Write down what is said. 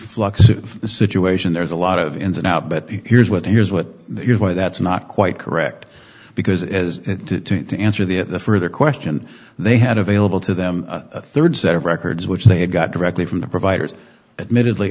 the situation there's a lot of ins and outs but here's what here's what here's why that's not quite correct because as to answer the further question they had available to them a third set of records which they got directly from the providers admittedly